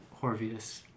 Horvius